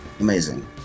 amazing